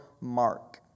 Mark